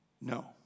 no